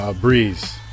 Breeze